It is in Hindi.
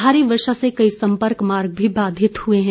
भारी वर्षा से कई संपर्क मार्ग बाधित हुए हैं